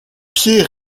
pied